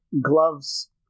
gloves